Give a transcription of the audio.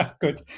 Good